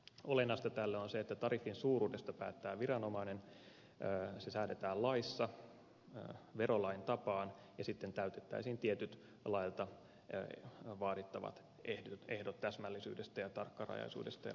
olennaista tälle on se että tariffin suuruudesta päättää viranomainen se säädetään laissa verolain tapaan ja sitten täytettäisiin tietyt laeilta vaadittavat ehdot täsmällisyydestä ja tarkkarajaisuudesta ja oikeusturvasta